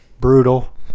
Brutal